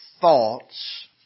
thoughts